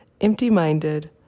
Empty-minded